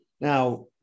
Now